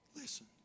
Listen